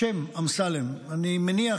השם "אמסלם" אני מניח,